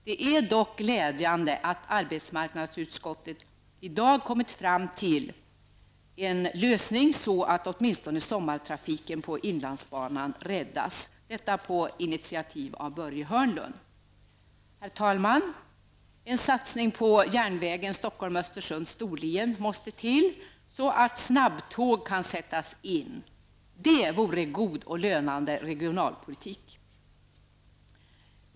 Det är dock glädjande att arbetsmarknadsutskottet nu har kommit fram till en lösning så att åtminstone sommartrafiken på inlandsbanan räddas -- detta på initiativ av Börje Herr talman! En satsning på järnvägen Stockholm-- Östersund--Storlien måste till så att snabbtåg kan sättas in. Det vore god och lönande regionalpolitik.